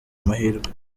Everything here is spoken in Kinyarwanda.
mahirwe